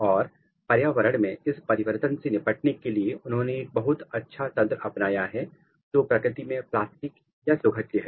और पर्यावरण में इस परिवर्तन से निपटने के लिए उन्होंने एक बहुत अच्छा तंत्र अपनाया है और जो प्रकृति में प्लास्टिक सुघट्य है